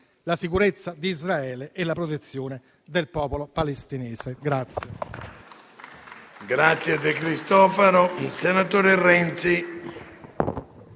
la sicurezza di Israele e la protezione del popolo palestinese.